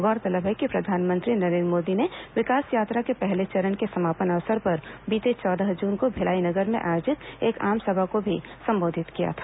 गौरतलब है कि प्रधानमंत्री नरेन्द्र मोदी ने विकास यात्रा के पहले चरण के समापन अवसर पर बीते चौदह जून को भिलाई नगर में आयोजित एक आमसभा को भी संबोधित किया था